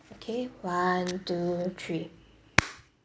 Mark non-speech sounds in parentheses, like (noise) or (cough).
okay one two three (noise)